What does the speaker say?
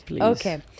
Okay